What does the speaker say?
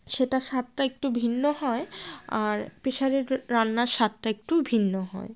সেটার স্বাদটা একটু ভিন্ন হয় আর প্রেশারের রান্নার স্বাদটা একটু ভিন্ন হয়